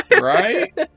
right